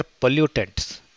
pollutants